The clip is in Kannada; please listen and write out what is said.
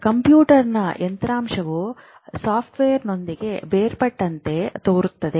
ಕಂಪ್ಯೂಟರ್ನ ಯಂತ್ರಾಂಶವು ಸಾಫ್ಟ್ವೇರ್ನೊಂದಿಗೆ ಬೇರ್ಪಟ್ಟಂತೆ ತೋರುತ್ತದೆ